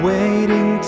Waiting